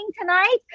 tonight